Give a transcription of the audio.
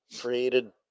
created